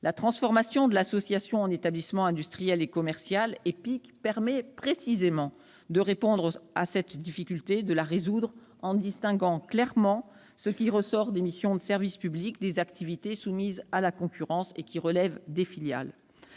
La transformation de l'association en établissement public industriel et commercial, ou EPIC, permet précisément de résoudre cette difficulté en distinguant clairement les missions de service public des activités soumises à la concurrence, qui relèvent des filiales.